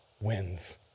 wins